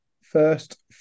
first